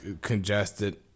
congested